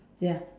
ya